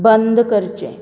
बंद करचें